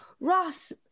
Ross